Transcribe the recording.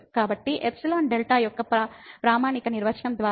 కాబట్టి epsilon delta యొక్క ప్రామాణిక నిర్వచనం ద్వారా వెళ్దాం